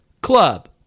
Club